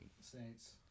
Saints